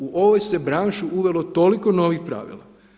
U ovu se branšu uvelo toliko novih pravila.